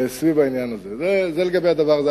זה לגבי הדבר הזה.